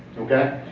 okay?